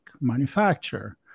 manufacture